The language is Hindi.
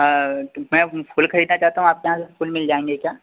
मैं फूल खरीदना चाहता हूँ आपके यहाँ से फूल मिल जाएंगे क्या